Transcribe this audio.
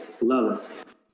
love